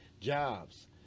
jobs